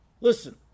Listen